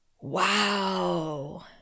Wow